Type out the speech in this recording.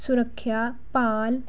ਸੁਰੱਖਿਆ ਭਾਲ